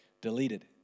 Deleted